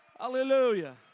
hallelujah